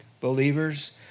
believers